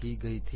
की गई थी